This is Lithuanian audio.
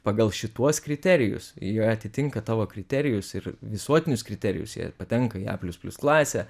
pagal šituos kriterijus ir jie atitinka tavo kriterijus ir visuotinius kriterijus jie patenka į a plius plius klasę